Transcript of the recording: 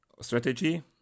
strategy